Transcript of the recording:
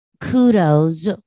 kudos